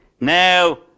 now